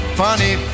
funny